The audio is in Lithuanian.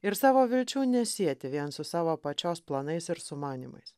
ir savo vilčių nesieti vien su savo pačios planais ir sumanymais